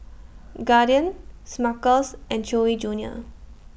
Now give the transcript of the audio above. Guardian Smuckers and Chewy Junior